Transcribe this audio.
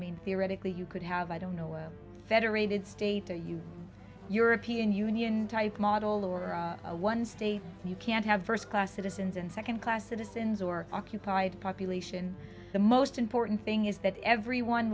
mean theoretically you could have i don't know what federated state or you european union type model or one state you can't have first class citizens and second class citizens or occupied population the most important thing is that everyone